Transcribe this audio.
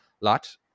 lot